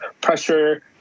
pressure